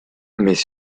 mais